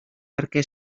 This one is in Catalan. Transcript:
perquè